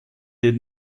did